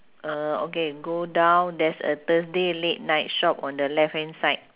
uh okay go down there's a thursday late night shop on the left hand side